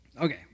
Okay